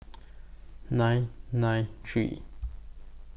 nine nine three